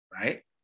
Right